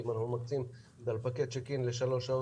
כי אם אנחנו --- דלפקי צ'ק אין לשלוש שעות